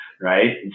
right